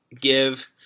give –